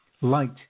light